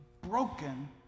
broken